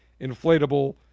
inflatable